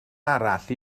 arall